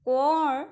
Konwar